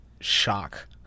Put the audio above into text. shock